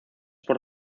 por